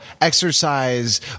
exercise